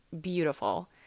Beautiful